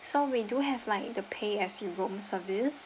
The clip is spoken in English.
so we do have like the pay as the roam service